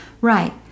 Right